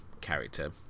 character